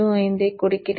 05ஐ கொடுக்கிறேன்